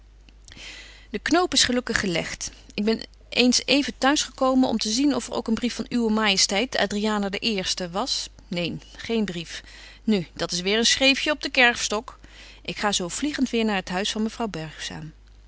de knoop is gelukkig gelegt ik ben eens even t'huisgekomen om te zien of er ook een brief van uwe majesteit adriana de eerste was neen geen brief nu dat's weêr een schreefje op den kerfstok ik ga zo vliegent weêr naar t huis van